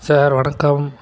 sir வணக்கம்